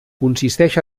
consisteix